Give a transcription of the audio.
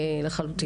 אל"מ